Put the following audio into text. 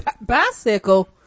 Bicycle